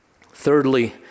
Thirdly